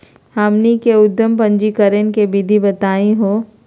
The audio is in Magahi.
हमनी के उद्यम पंजीकरण के विधि बताही हो?